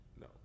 No